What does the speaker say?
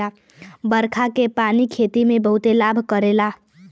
बरखा के पानी खेती में बहुते लाभ करेला